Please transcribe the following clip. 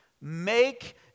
Make